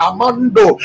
Amando